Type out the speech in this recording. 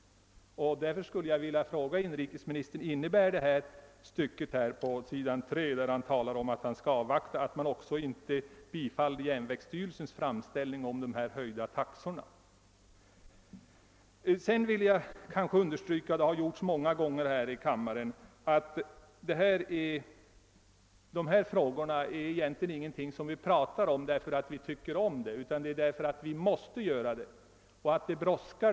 Därför skulle jag vilja fråga inrikeministern: Innebär uttalandet att man skall avvakta, att man alltså inte bifaller järnvägsstyrelsens famställning om höjda taxor? Jag vill understryka — och det har gjorts många gånger tidigare här i kammaren — att dessa frågor egentligen inte är någonting som vi pratar om för att vi tycker om att göra det utan för att vi måste göra det och för att det brådskar.